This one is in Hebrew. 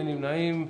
אין נמנעים.